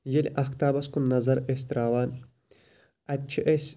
ییٚلہِ اَفتابَس کُن نَظَر ٲسۍ تراوان اَتہِ چھِ أسۍ